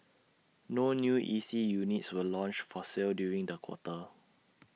no new E C units were launched for sale during the quarter